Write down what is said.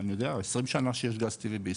20 שנה שיש גז טבעי בישראל.